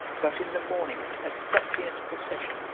but in the morning, a suppliant procession,